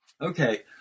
Okay